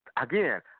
again